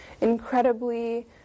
incredibly